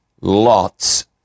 Lot's